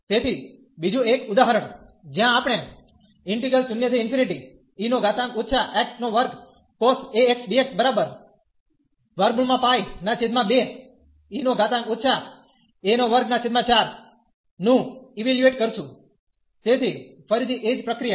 તેથી બીજું એક ઉદાહરણ જ્યાં આપણે નું ઇવેલ્યુએટ કરીશું તેથી ફરીથી એ જ પ્રક્રિયા